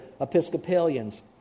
Episcopalians